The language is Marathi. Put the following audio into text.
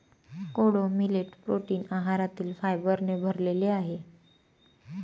कोडो मिलेट प्रोटीन आहारातील फायबरने भरलेले आहे